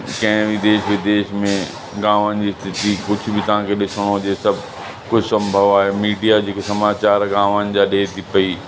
कंहिं बि देश विदेश में गांवनि जी स्थिति कुझु बि तव्हां खे ॾिसिणो हुजे सभु कुझु संभव आहे मीडिया जेको समाचार गांवनि जा ॾे थी पई